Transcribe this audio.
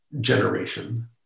generation